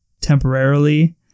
temporarily